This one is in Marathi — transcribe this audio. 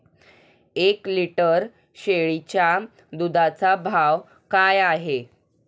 एक लिटर शेळीच्या दुधाचा भाव काय आहे?